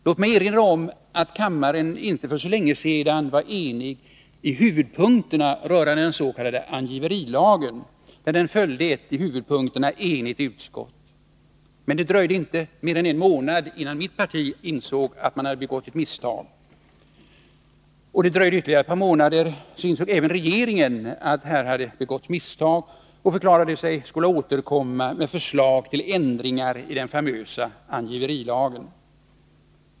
Låt mig erinra om att kammaren för inte så länge sedan var enig i huvudpunkterna rörande den s.k. angiverilagen, där den följde ett likaledes ihuvudpunkterna enigt utskott. Men det dröjde inte mer än en månad förrän mitt parti insåg att man här hade begått ett misstag. Och efter ytterligare ett par månader insåg även regeringen att misstag begåtts och förklarade sig skola återkomma med förslag till ändringar i den famösa angiverilagen.